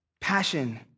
passion